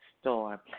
storm